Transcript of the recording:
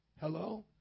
Hello